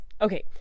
okay